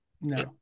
No